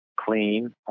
clean